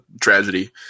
tragedy